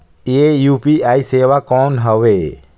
ये यू.पी.आई सेवा कौन हवे?